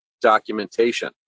documentation